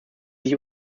sich